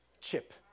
chip